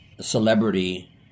celebrity